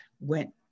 went